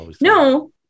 No